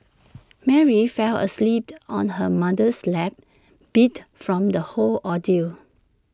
Mary fell asleep on her mother's lap beat from the whole ordeal